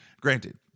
granted